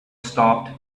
stopped